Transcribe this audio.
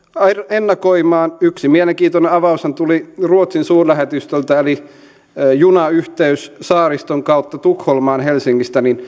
ennakoimaan yksi mielenkiintoinen avaushan tuli ruotsin suurlähetystöltä eli junayhteys saariston kautta tukholmaan helsingistä